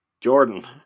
Jordan